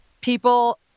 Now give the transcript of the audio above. people